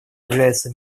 является